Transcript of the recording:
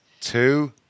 two